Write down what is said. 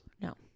No